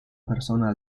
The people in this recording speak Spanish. persona